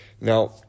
Now